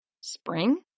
Spring